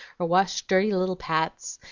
or wash dirty little pats,